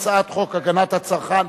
הצעת חוק הגנת הצרכן.